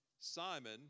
Simon